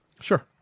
Sure